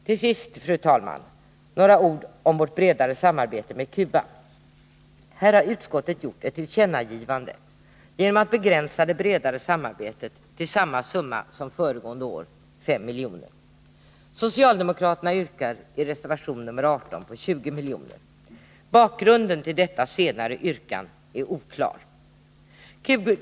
Till sist, fru talman, några ord om vårt bredare samarbete med Cuba. Här har utskottet gjort ett tillkännagivande genom att begränsa det bredare samarbetet till samma summa som föregående år, dvs. 5 miljoner. Socialdemokraterna yrkar i reservation nr 18 på 20 miljoner. Grunden till detta senare yrkande är oklar.